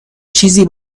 چیزی